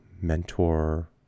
mentor